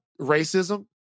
racism